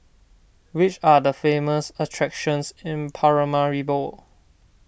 which are the famous attractions in Paramaribo